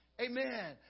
Amen